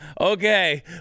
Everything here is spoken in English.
okay